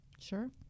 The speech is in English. sure